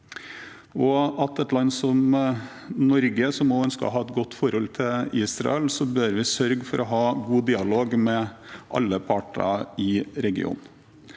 et land som Norge, som også ønsker å ha et godt forhold til Israel, bør sørge for å ha god dialog med alle parter i regionen.